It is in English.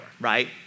right